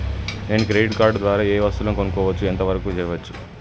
నేను credit card ద్వారా ఏం వస్తువులు కొనుక్కోవచ్చు ఎంత వరకు చేయవచ్చు?